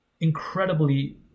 incredibly